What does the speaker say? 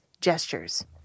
gestures